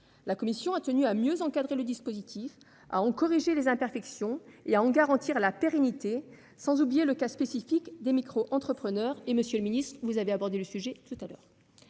La commission a tenu à mieux encadrer le dispositif, à en corriger les imperfections et à en garantir la pérennité, sans oublier le cas spécifique des micro-entrepreneurs, qu'a abordé M. le ministre. Je regrette toutefois l'effet